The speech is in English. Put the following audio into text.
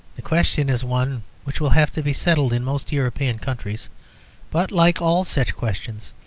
the question is one which will have to be settled in most european countries but like all such questions,